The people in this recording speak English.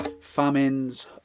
famines